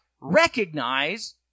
recognize